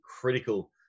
critical